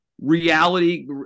reality